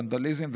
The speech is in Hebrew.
ונדליזם,